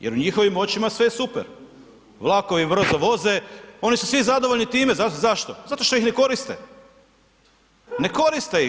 Jer u njihovim očima sve je super, vlakovi brzo voze, oni su svi zadovoljni time, zašto, zato što ih ne koriste, ne koriste ih.